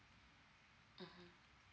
mmhmm